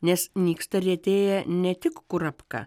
nes nyksta ir retėja ne tik kurapka